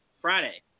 Friday